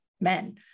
men